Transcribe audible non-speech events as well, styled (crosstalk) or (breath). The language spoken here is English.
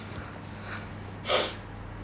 (breath)